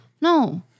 No